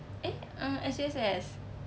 eh uh S_U_S_S